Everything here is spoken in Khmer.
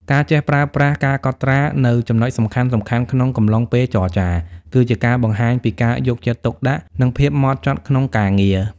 ការចេះប្រើប្រាស់ "ការកត់ត្រា" នូវចំណុចសំខាន់ៗក្នុងកំឡុងពេលចរចា គឺជាការបង្ហាញពីការយកចិត្តទុកដាក់ និងភាពហ្មត់ចត់ក្នុងការងារ។